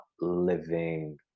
living